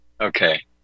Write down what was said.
Okay